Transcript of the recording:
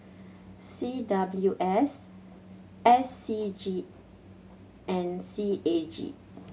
C W S S C G and C A G